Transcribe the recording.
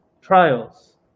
Trials